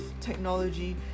technology